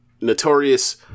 notorious